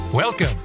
Welcome